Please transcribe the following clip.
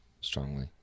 strongly